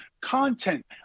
content